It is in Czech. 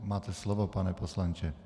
Máte slovo, pane poslanče.